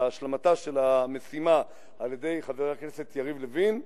והשלמתה של המשימה על-ידי חבר הכנסת יריב לוין,